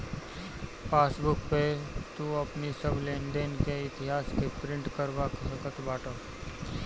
passbook पअ तू अपनी सब लेनदेन के इतिहास के प्रिंट करवा सकत बाटअ